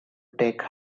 take